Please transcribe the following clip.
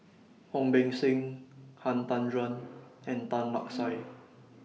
Ong Beng Seng Han Tan Juan and Tan Lark Sye